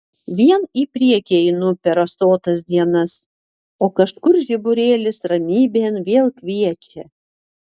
vien į priekį einu per rasotas dienas o kažkur žiburėlis ramybėn vėl kviečia